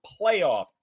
playoff